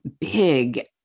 big